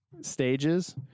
Stages